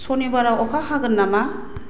सनिबाराव अखा हागोन नामा